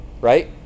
right